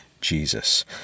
Jesus